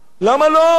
למה לא?